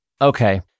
Okay